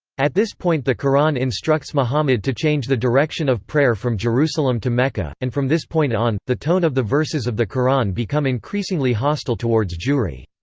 at this point the quran instructs muhammad to change the direction of prayer from jerusalem to mecca, and from this point on, the tone of the verses of the quran become increasingly hostile towards jewry.